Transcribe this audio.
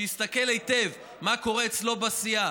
שיסתכל היטב מה קורה אצלו בסיעה,